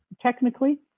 technically